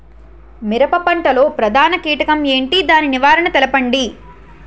మిరప పంట లో ప్రధాన కీటకం ఏంటి? దాని నివారణ తెలపండి?